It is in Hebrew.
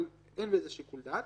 אבל אין בזה שיקול דעת.